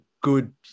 good